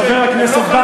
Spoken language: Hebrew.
חבר הכנסת בר,